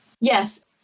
Yes